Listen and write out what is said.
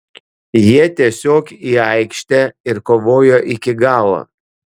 jie tiesiog į aikštę ir kovojo iki galo